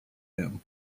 him